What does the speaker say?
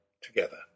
together